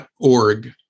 org